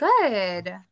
good